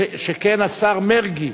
שכן השר מרגי,